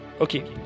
Okay